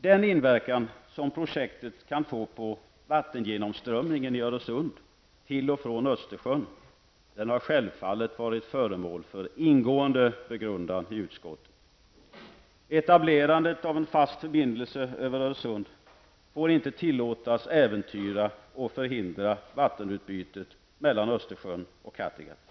Den inverkan som projektet kan få på vattengenomströmningen i Öresund till och från Östersjön har självfallet varit föremål för ingående begrundan i utskottet. Etablerandet av en fast förbindelse över Öresund får inte tillåtas äventyra och förhindra vattenutbytet mellan Östersjön och Kattegatt.